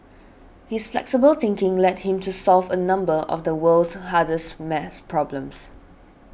his flexible thinking led him to solve a number of the world's hardest math problems